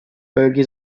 bölge